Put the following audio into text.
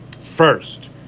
First